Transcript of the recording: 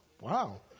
Wow